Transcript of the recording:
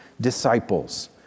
disciples